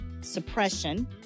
suppression